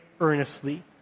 earnestly